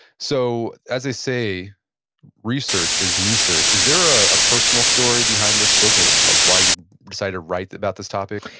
so as i say research is me search. is there a personal story behind this book, ah like why you decided to write about this topic?